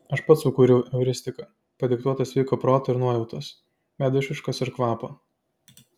aš pats sukūriau euristiką padiktuotą sveiko proto ir nuojautos veido išraiškos ir kvapo